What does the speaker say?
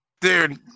Dude